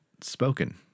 spoken